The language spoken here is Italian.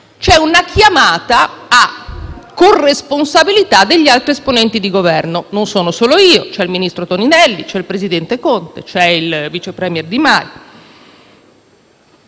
c'è una chiamata a corresponsabilità degli altri esponenti di Governo: "Non sono solo io, ci sono il ministro Toninelli, il presidente Conte, il *vicepremier* Di Maio".